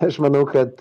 aš manau kad